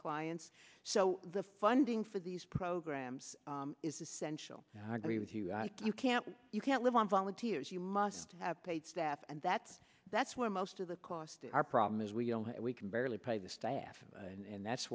clients so the funding for these programs is essential agree with you you can't you can't live on volunteers you must have paid staff and that's that's where most of the cost of our problem is we don't have we can barely pay the staff and that's